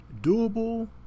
doable